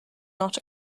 not